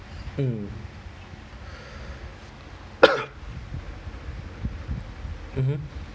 mm mmhmm